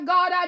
God